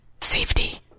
safety